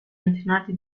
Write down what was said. antenati